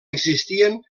existien